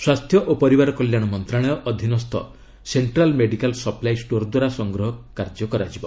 ସ୍ୱାସ୍ଥ୍ୟ ଓ ପରିବାର କଲ୍ୟାଣ ମନ୍ତ୍ରଣାଳୟ ଅଧୀନସ୍ଥ ସେଙ୍କାଲ୍ ମେଡିକାଲ୍ ସପ୍ଲାଇ ଷ୍ଟୋର ଦ୍ୱାରା ସଂଗ୍ରହ କାର୍ଯ୍ୟ କରାଯିବ